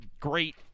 great